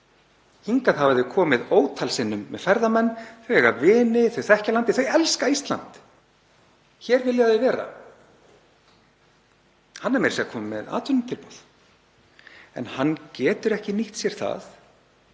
Hingað hafa þau komið ótal sinnum með ferðamenn, þau eiga vini og þekkja landið; þau elska Ísland og hér vilja þau vera. Hann er meira að segja kominn með atvinnutilboð, en hann getur ekki nýtt sér það